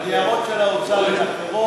הניירות של האוצר הם אחרים,